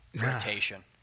rotation